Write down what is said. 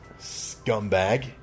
Scumbag